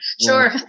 Sure